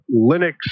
Linux